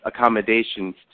accommodations